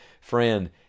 Friend